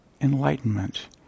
enlightenment